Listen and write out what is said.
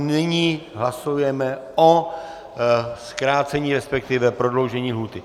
Nyní hlasujeme o zkrácení, respektive prodloužení lhůty.